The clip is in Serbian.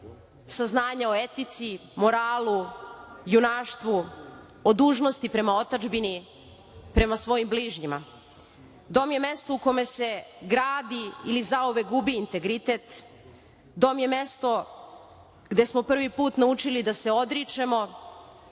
saznanja o etici, moralu, junaštvu, o dužnosti prema otadžbini, prema svojim bližnjima. Dom je mesto u kome se gradi ili zauvek gubi integritet, dom je mesto gde smo prvi put naučili da se odričemo